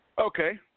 Okay